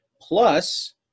Plus